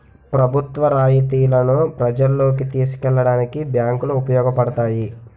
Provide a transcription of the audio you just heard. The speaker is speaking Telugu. ప్రభుత్వ రాయితీలను ప్రజల్లోకి తీసుకెళ్లడానికి బ్యాంకులు ఉపయోగపడతాయి